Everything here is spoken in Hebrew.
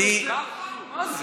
מה זה?